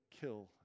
kill